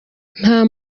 nta